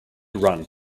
run